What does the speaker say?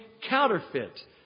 counterfeit